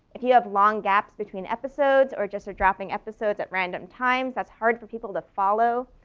if you have long gaps between episodes or just are dropping episodes at random times, that's hard for people to follow.